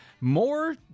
more